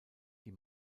die